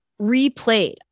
replayed